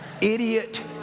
idiot